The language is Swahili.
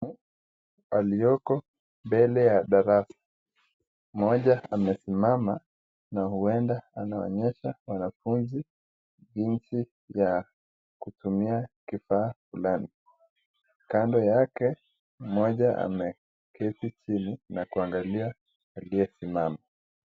Mtu alioko mbele ya darasa, mmoja amesimama na huenda anaonesha wanafunzi jinsi ya kutumia kifaa fulani. Kando yake mmoja ameketi chini akiangalia aliye simama.